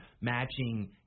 matching